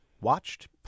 watched